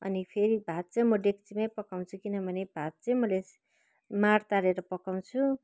अनि फेरि भात चाहिँ म डेक्चीमै पकाउँछु किनभने भात चाहिँ मैले माड तारेर पकाउँछु